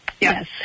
Yes